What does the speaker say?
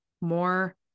more